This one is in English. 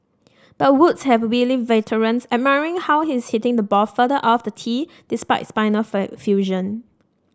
but Woods has wily veterans admiring how he is hitting the ball further off the tee despite spinal fusion